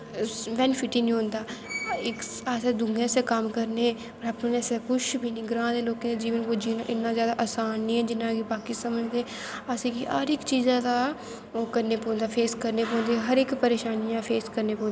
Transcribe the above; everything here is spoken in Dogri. बैनिफिट गै नी होंदा अस दुऐं आस्तै कम्म करनें अपनैं आल्तै कुश बी नी ग्रांऽ दै लोकें दा जीवन कोई जीना इन्ना जादा आसान नेंई ऐ जिन्ना कि बाकी समझदे असेंगी हर इक चीजें दा ओह् करनें पौंदा फेस करनें पौंदा हर इक परेशानियां फेस करनियां पौंदियां